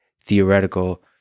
theoretical